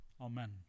Amen